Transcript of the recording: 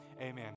Amen